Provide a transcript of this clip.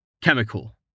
Chemical